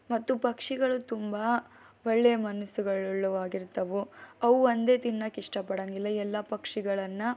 ಮತ್ತು ಪಕ್ಷಿಗಳು ತುಂಬ ಒಳ್ಳೆಯ ಮನಸ್ಸುಗಳುಳ್ಳವು ಆಗಿರ್ತವೆ ಅವು ಒಂದೇ ತಿನ್ನಕೆ ಇಷ್ಟ ಪಡೊಂಗಿಲ್ಲ ಎಲ್ಲ ಪಕ್ಷಿಗಳನ್ನು